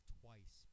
twice